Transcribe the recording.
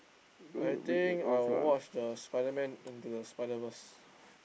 I think I will watch the Spider-Man Into the Spider-Verse